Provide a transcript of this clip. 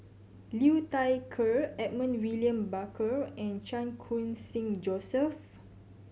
Liu Thai Ker Edmund William Barker and Chan Khun Sing Joseph